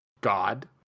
God